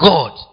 God